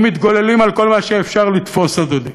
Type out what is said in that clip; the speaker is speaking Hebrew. ומתגוללים על כל מה שאפשר לתפוס, אדוני?